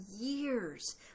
years